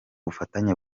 bufatanye